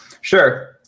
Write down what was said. sure